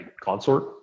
Consort